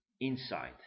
inside